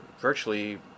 virtually